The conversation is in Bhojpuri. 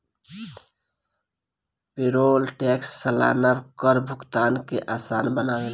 पेरोल टैक्स सलाना कर भुगतान के आसान बनावेला